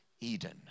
Eden